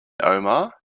omar